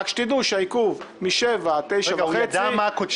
רק שתדעו שהעיכוב מ-19:00 עד 21:30 --- הוא ידע מה הכותרת של הדיון?